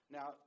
Now